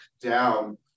down